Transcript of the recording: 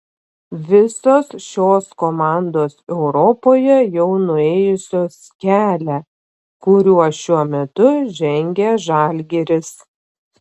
visos šios komandos europoje jau nuėjusios kelią kuriuo šiuo metu žengia žalgiris